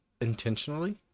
intentionally